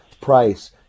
price